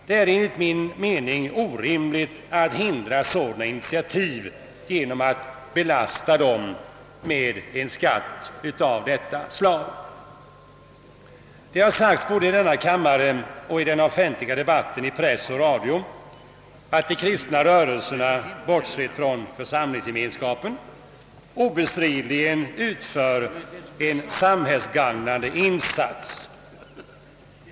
Det är enligt min mening orimligt att hindra sådana initiativ genom att belasta dem med en skatt av detta slag. Det har sagts både i denna kammare och i den offentliga debatten i press och radio, att de kristna rörelserna bortsett från församlingsgemenskapen obestridligen utför en samhällsgagnande insats.